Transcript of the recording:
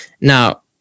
Now